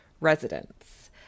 residents